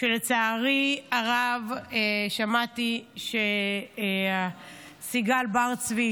שלצערי הרב שמעתי שסיגל בר צבי,